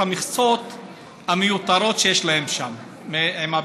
המכסות המיותרות שיש להם שם עם הביצים.